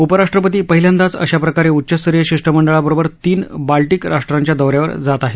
उपराष्ट्रपती पहील्यांदाच अशाप्रकारे उच्चस्तरीय शिष् मंडळाबरोबर तीन बाल्यीक राष्ट्रांच्या दौऱ्यावर जात आहेत